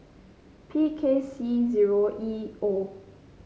P K C zero E O